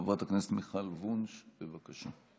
חברת הכנסת מיכל וונש, בבקשה.